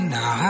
Now